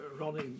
Ronnie